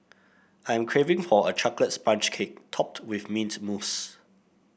I am craving for a chocolate sponge cake topped with mint mousse